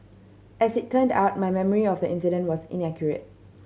as it turned out my memory of the incident was inaccurate